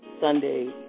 Sunday